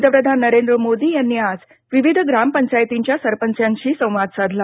पंतप्रधान नरेंद्र मोदी यांनी आज विविध ग्रामपंचायतीच्या सरपंचांशी संवाद साधला